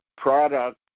product